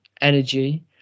energy